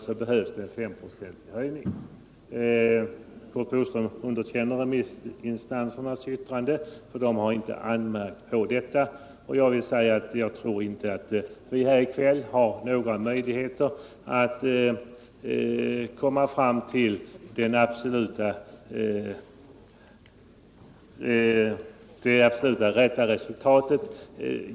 Curt Boström underkänner därmed yttrandena från remissinstanserna, bl.a. LO och TCO. De har inte anmärkt på de gjorda beräkningarna. Jag tror inte att vi har några möjligheter att här i kväll komma fram till den absolut rätta siffran för kostnadsökningen.